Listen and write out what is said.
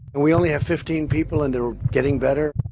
we only have fifteen people and they're getting better.